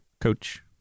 Coach